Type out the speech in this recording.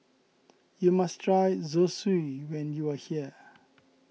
you must try Zosui when you are here